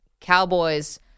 Cowboys